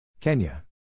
Kenya